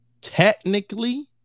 Technically